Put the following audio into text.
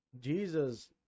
Jesus